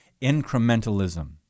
Incrementalism